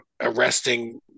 arresting